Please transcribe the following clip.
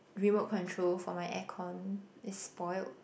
remote control for my air con is spoiled